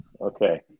Okay